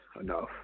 enough